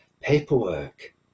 paperwork